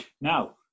now